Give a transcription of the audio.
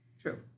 True